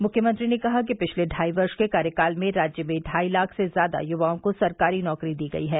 मुख्यमंत्री ने कहा कि पिछले ढाई वर्ष के कार्यकाल में राज्य में ढाई लाख से ज्यादा युवाओं को सरकारी नौकरी दी गयी है